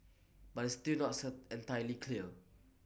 but it's still not sir entirely clear